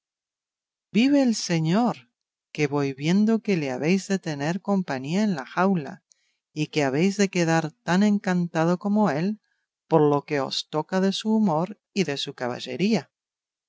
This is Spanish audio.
vive el señor que voy viendo que le habéis de tener compañía en la jaula y que habéis de quedar tan encantado como él por lo que os toca de su humor y de su caballería